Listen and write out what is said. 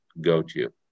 go-to